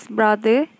brother